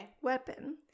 weapon